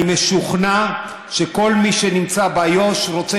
אני משוכנע שכל מי שנמצא באיו"ש רוצה